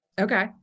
Okay